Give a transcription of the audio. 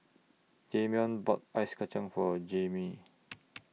Damion bought Ice Kacang For Jammie